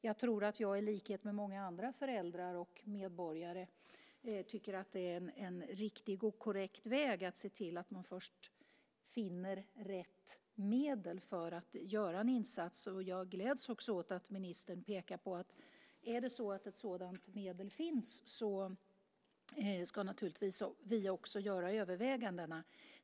Jag tror att jag i likhet med många andra föräldrar och medborgare tycker att det är en riktig och korrekt väg att se till att man först finner rätt medel för att göra en insats. Jag gläds också åt att ministern pekar på att är det så att ett sådant medel finns ska vi naturligtvis också göra övervägandena.